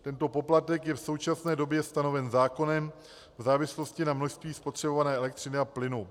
Tento poplatek je v současné době stanoven zákonem v závislosti na množství spotřebované elektřiny a plynu.